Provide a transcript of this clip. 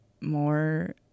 more